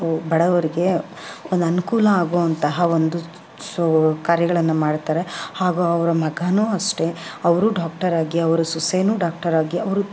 ಬಡವರಿಗೆ ಒಂದು ಅನುಕೂಲ ಆಗುವಂತಹ ಒಂದು ಸು ಕಾರ್ಯಗಳನ್ನು ಮಾಡ್ತಾರೆ ಹಾಗೂ ಅವರ ಮಗನೂ ಅಷ್ಟೇ ಅವರು ಡಾಕ್ಟರಾಗಿ ಅವರ ಸೊಸೆಯೂ ಡಾಕ್ಟರಾಗಿ ಅವರು